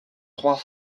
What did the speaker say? trois